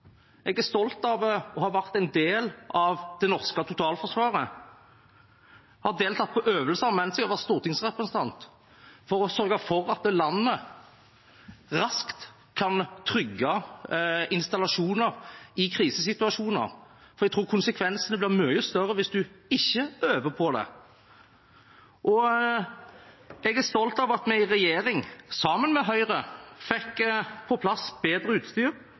Jeg er stolt av å ha vært en del av det norske totalforsvaret, og jeg har deltatt på øvelser mens jeg har vært stortingsrepresentant for å sørge for at landet raskt kan trygge installasjoner i krisesituasjoner. Jeg tror konsekvensene blir mye større hvis en ikke øver på det. Jeg er stolt av at vi i regjering sammen med Høyre fikk på plass bedre utstyr